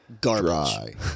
Garbage